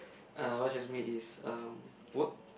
uh what stresses me is um work